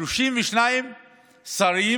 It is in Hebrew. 32 שרים,